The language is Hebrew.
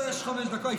לא, יש חמש דקות.